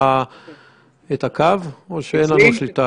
בגלל שאמרו לי שאיזו רופאה הייתה